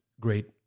great